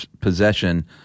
possession